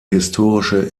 historische